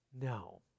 No